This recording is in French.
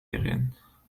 aériennes